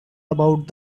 about